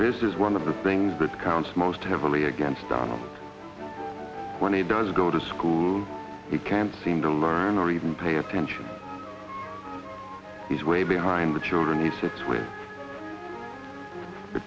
this is one of the things that counts most heavily against arnold when he does go to school he can't seem to learn or even pay attention he's way behind the children he sits with the